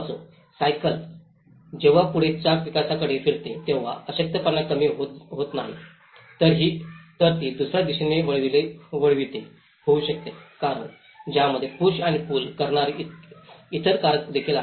असो सायकल जेव्हा पुढचे चाक विकासाकडे फिरते तेव्हा अशक्तपणा कमी होत नाही तर ती दुसर्या दिशेनेही वळते होऊ शकते कारण त्यामध्ये पुश आणि पुल करणारे इतर कारक देखील आहेत